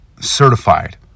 certified